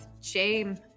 shame